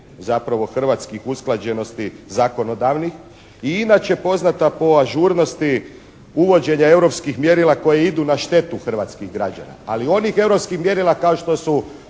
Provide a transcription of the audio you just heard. zapravo hrvatskih usklađenosti zakonodavnih i inače poznata po ažurnosti uvođenja europskih mjerila koja idu na štetu hrvatskih građana, ali onih europskih mjerila kao što su